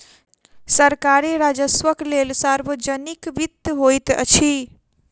सरकारी राजस्वक लेल सार्वजनिक वित्त होइत अछि